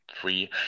three